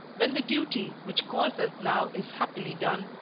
when the duty which calls us now is happily done,